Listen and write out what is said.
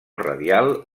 radial